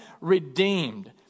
redeemed